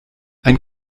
ein